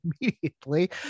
immediately